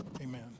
Amen